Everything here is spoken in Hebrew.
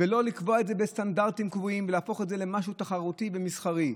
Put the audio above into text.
ולא לקבוע את זה בסטנדרטים קבועים ולהפוך את זה למשהו תחרותי ומסחרי.